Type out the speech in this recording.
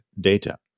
data